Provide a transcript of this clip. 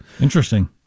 Interesting